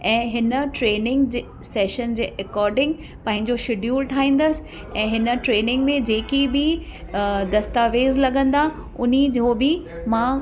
ऐं हिन ट्रेनिंग जे सैशन जे एकॉडिंग पंहिंजो शेड्यूल ठाहींदसि ऐं हिन ट्रेनिंग में जेकी बि दस्तावेज़ लॻंदा उन जो बि मां